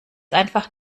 einfach